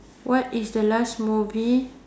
what is the last movie